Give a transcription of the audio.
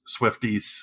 Swifties